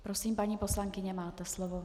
Prosím, paní poslankyně, máte slovo.